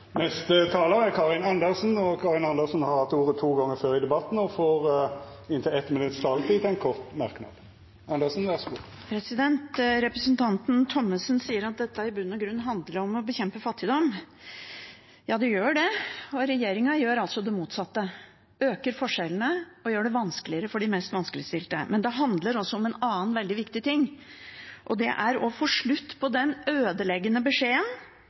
Karin Andersen har hatt ordet to gonger tidlegare og får ordet til ein kort merknad, avgrensa til 1 minutt. Representanten Thommessen sier at dette i bunn og grunn handler om å bekjempe fattigdom. Ja, det gjør det. Regjeringen gjør altså det motsatte, øker forskjellene og gjør det vanskeligere for de mest vanskeligstilte. Men det handler også om en annen veldig viktig ting. Det er å få slutt på den ødeleggende beskjeden